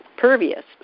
pervious